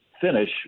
finish